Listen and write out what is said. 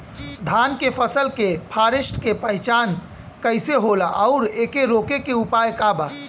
धान के फसल के फारेस्ट के पहचान कइसे होला और एके रोके के उपाय का बा?